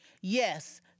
Yes